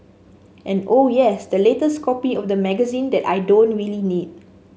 and oh yes that latest copy of the magazine that I don't really need